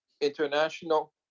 International